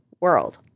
world